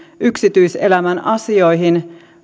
yksityiselämän asioihin